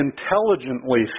intelligently